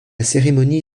cérémonie